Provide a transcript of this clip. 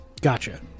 Gotcha